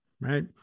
right